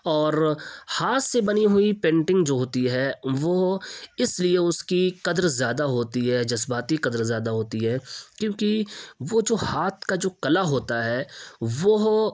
اور ہاتھ سے بنی ہوئی پینٹنگ جو ہوتی ہے وہ اس لیے اس کی قدر زیادہ ہوتی ہے جذباتی قدر زیادہ ہوتی ہے کیونکہ وہ جو ہاتھ کا جو کلا ہوتا ہے وہ